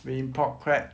bean pot crab